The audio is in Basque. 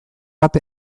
bat